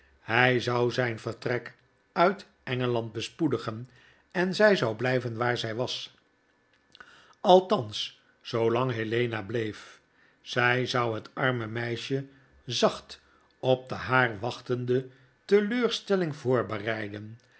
hjj zou zyn vertrek uit engeland bespoedigen en zij zou blyven waar zjj was althans zoolang helena bleef zij zou het arme meisje zacht op de haar wachtende teleurstelling voorbereiden